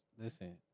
Listen